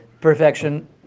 perfection